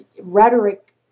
Rhetoric